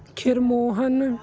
Khirmohan